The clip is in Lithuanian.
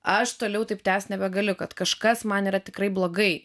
aš toliau taip tęst nebegaliu kad kažkas man yra tikrai blogai